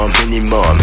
minimum